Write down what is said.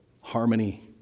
harmony